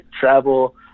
travel